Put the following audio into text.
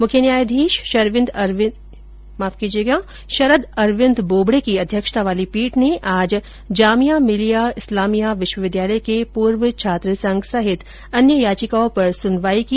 मुख्य न्यायाधीश शरद अरविंद बोबडे की अध्यक्षता वाली पीठ ने आज जामिया मिल्लिया इस्लामिया विश्वविद्यालय के पूर्व छात्र संघ सहित अन्य याचिकाओं पर सुनवाई की